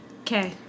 Okay